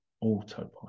Autopilot